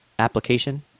application